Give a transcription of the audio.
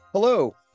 Hello